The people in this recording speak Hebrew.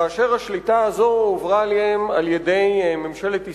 כאשר השליטה הזו הועברה אליהם על-ידי ממשלת ישראל,